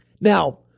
Now